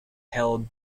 held